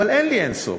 אבל אין לי אין-סוף.